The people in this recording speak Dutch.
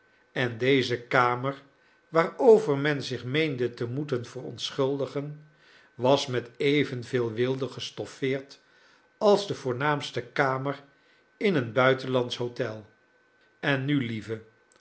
en deze kamer waarover men zich meende te moeten verontschuldigen was met evenveel weelde gestoffeerd als de voornaamste kamer in een buitenlandsch hôtel en nu lieve